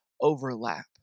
overlap